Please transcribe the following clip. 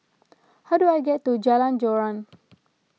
how do I get to Jalan Joran